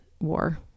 war